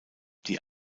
die